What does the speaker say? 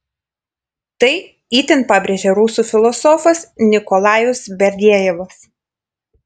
tai itin pabrėžė rusų filosofas nikolajus berdiajevas